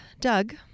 Doug